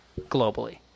globally